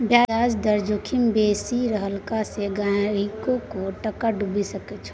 ब्याज दर जोखिम बेसी रहला सँ गहिंकीयोक टाका डुबि सकैत छै